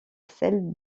celle